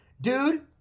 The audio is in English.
dude